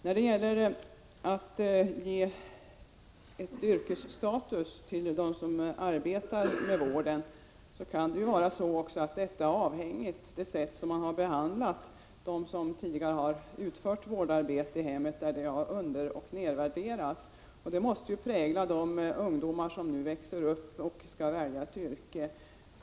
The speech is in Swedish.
När det gäller att ge en yrkesstatus till dem som arbetar med vård kan det vara så att statusen är avhängig det sätt på vilket man har behandlat dem som tidigare utfört vårdarbete i hemmen. Det arbetet har underoch nedvärderats. Detta måste ju prägla de ungdomar som nu växer upp och skall välja ett yrke.